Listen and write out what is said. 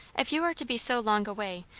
if you are to be so long away,